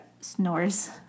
snores